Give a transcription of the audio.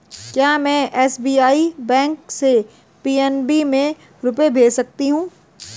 क्या में SBI bank से पी.एन.बी में रुपये भेज सकती हूँ?